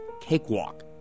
cakewalk